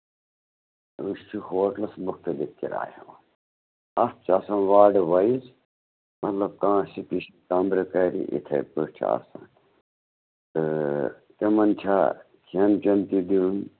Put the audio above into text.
أسۍ چھِ ہوٹلَس مُختلِف کِراے ہٮ۪وان اَتھ چھِ آسان واڑٕ وایِز مطلب کانٛہہ کَمرٕ کرِ یِتھٕے پٲٹھۍ چھُ آسان تہٕ تِمَن چھا کھٮ۪ن چٮ۪ن تہِ دِیُن